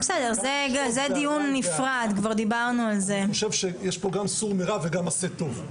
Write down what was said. אני חושב שיש פה גם סור מרע, וגם עשה טוב.